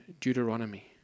Deuteronomy